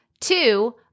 Two